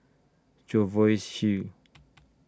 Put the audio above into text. Jervois Hill